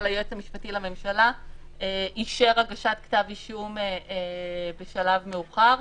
היועץ המשפטי לממשלה אישר הגשת כתב אישום בשלב מאוחר.